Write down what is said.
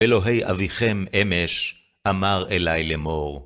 אלוהי אביכם אמש, אמר אליי לאמר.